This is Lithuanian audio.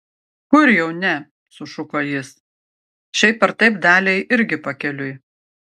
kur jau ne sušuko jis šiaip ar taip daliai irgi pakeliui